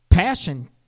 Passion